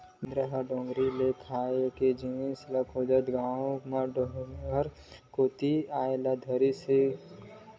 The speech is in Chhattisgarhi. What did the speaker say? बेंदरा ह डोगरी ले खाए के जिनिस खोजत गाँव म डहर कोती अये ल घलोक धरलिस